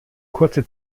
kurze